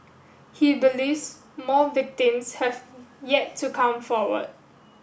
he believes more victims have yet to come forward